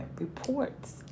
reports